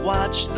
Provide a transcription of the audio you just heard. Watch